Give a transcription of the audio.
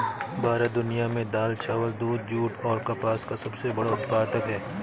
भारत दुनिया में दाल, चावल, दूध, जूट और कपास का सबसे बड़ा उत्पादक है